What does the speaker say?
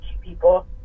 people